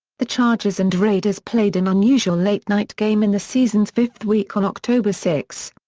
the chargers and raiders played an unusual late night game in the season's fifth week on october six.